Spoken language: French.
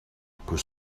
pour